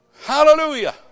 Hallelujah